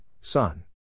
son